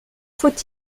faut